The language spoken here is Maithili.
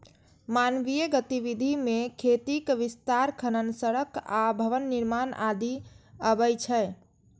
मानवीय गतिविधि मे खेतीक विस्तार, खनन, सड़क आ भवन निर्माण आदि अबै छै